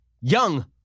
young